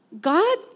God